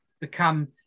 become